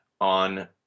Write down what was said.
on